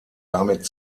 damit